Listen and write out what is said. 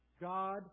God